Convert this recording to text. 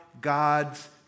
God's